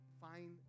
find